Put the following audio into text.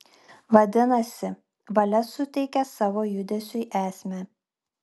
vadinasi valia suteikia savo judesiui esmę